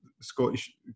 Scottish